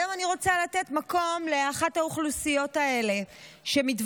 היום אני רוצה לתת מקום לאחת האוכלוסיות האלה שמתווה